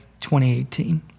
2018